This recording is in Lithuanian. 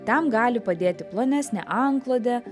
tam gali padėti plonesnė antklodė